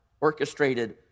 orchestrated